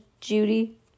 Judy